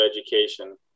education